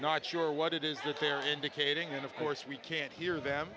not sure what it is that they're indicating and of course we can't hear them